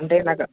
అంటే నాకు